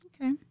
Okay